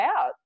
out